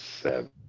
seven